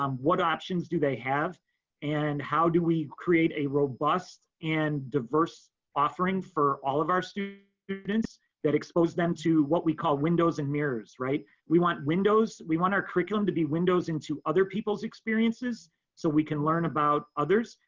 um what options do they have and how do we create a robust and diverse offering for all of our students students that expose them to what we call windows and mirrors, right? we want windows, we want our curriculum to be windows into other people's experiences so we can learn about others,